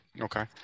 Okay